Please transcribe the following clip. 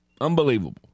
Unbelievable